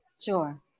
Sure